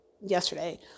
yesterday